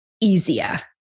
easier